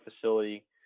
facility